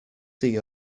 see